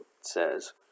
says